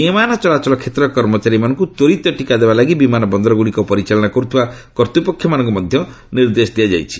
ବିମାନ ଚଳାଚଳ କ୍ଷେତ୍ରର କର୍ମଚାରୀମାନଙ୍କୁ ତ୍ୱରିତ ଟିକା ଦେବା ଲାଗି ବିମାନ ବନ୍ଦର ଗୁଡ଼ିକ ପରିଚାଳନା କରୁଥିବା କର୍ତ୍ତୃପକ୍ଷମାନଙ୍କୁ ମଧ୍ୟ ନିର୍ଦ୍ଦେଶ ଦିଆଯାଇଛି